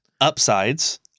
Upsides